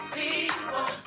people